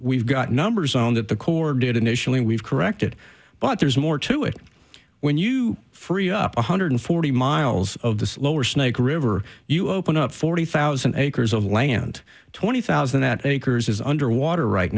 we've got numbers on that the corps did initially we've corrected but there's more to it when you free up one hundred forty miles of the lower snake river you open up forty thousand acres of land twenty thousand at acres is under water right